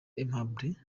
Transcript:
aimable